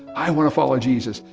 i want to follow jesus.